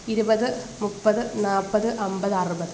ഇരുപത് മുപ്പത് നാൽപ്പത് അൻപത് അറുപത്